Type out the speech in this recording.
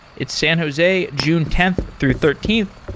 it's san jose, june tenth through thirteenth.